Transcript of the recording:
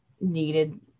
needed